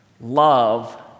love